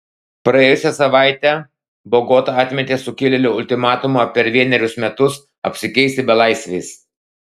praėjusią savaitę bogota atmetė sukilėlių ultimatumą per vienerius metus apsikeisti belaisviais